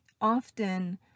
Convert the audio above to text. often